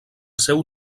seu